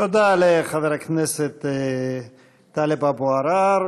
תודה לחבר הכנסת טלב אבו עראר.